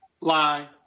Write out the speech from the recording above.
lie